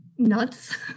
Nuts